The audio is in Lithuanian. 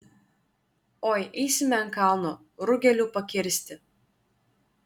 oi eisime ant kalno rugelių pakirsti